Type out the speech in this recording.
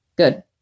good